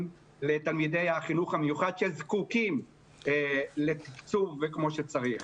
לתלמידי החינוך המיוחד שזקוקים לתקצוב כמו שצריך.